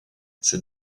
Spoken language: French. ses